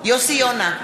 יוסי יונה,